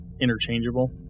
interchangeable